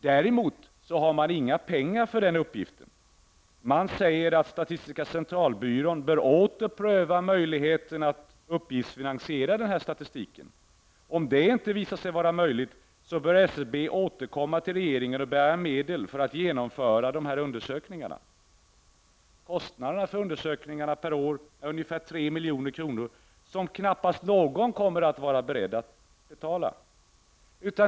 Däremot har man inga pengar till den uppgiften. Man säger att statistiska centralbyrån åter bör pröva möjligheten att uppgiftsfinansiera statistiken. Om det inte visar sig vara möjligt bör SCB återkomma till regeringen och begära medel för genomförandet av undersökningarna. Kostnaderna per år för undersökningarna är ungefär 3 milj.kr., som knappast någon kommer att vara beredd att betala.